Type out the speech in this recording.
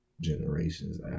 generations